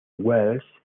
wells